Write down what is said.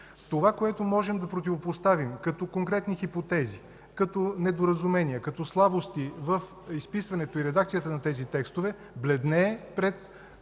Това, което можем да противопоставим като конкретни хипотези, като недоразумения, като слабости в изписването и редакцията на тези текстове бледнее пред